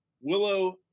Willow